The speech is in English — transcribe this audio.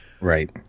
Right